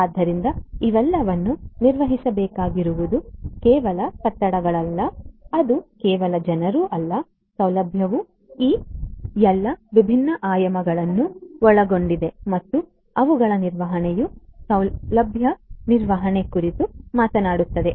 ಆದ್ದರಿಂದ ಇವೆಲ್ಲವನ್ನೂ ನಿರ್ವಹಿಸಬೇಕಾಗಿರುವುದು ಕೇವಲ ಕಟ್ಟಡಗಳಲ್ಲ ಅದು ಕೇವಲ ಜನರಲ್ಲ ಸೌಲಭ್ಯವು ಈ ಎಲ್ಲಾ ವಿಭಿನ್ನ ಆಯಾಮಗಳನ್ನು ಒಳಗೊಂಡಿದೆ ಮತ್ತು ಅವುಗಳ ನಿರ್ವಹಣೆಯು ಸೌಲಭ್ಯ ನಿರ್ವಹಣೆ ಕುರಿತು ಮಾತನಾಡುತ್ತದೆ